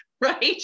right